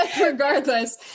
Regardless